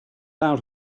out